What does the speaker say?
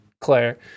Claire